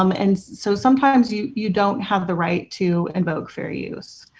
um and so sometimes you you don't have the right to invoke fair use.